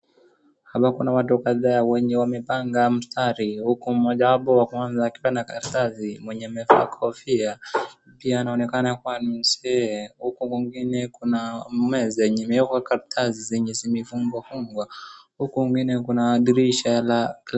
Hapa kuna watu kadhaa wenye wamepanga mstari huku mmoja wao wa kwanza akipeana karatasi mwenye amevaa kofia. Pia anaonekana kuwa ni mzee huku kwingine kuna meza yenye imewekwa karatasi zenye zimefungwafungwa huku kwingine kuna dirisha la...